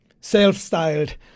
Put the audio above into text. Self-styled